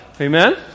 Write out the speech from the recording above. amen